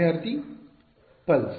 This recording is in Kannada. ವಿದ್ಯಾರ್ಥಿ ಪಲ್ಸ್